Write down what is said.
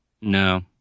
No